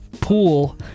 pool